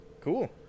Cool